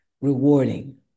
rewarding